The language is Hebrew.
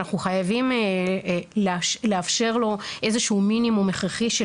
אנחנו חייבים לאפשר לו איזשהו מינימום הכרחי של